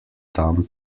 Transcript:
dumb